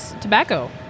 tobacco